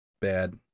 bad